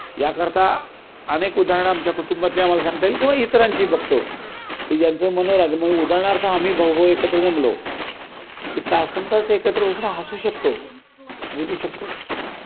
याकरता अनेक उदाहरणं आमच्या कुटुंबातली आम्हाला सांगता येईल किंवा इतरांची बघतो की ज्यांचं मनोराग म्ह उदाहरणार्थ आम्ही भाऊभाऊ एकत्र जमलो की तासनतास एकत्र बसून हसू शकतो बोलू शकतो